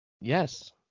Yes